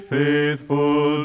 faithful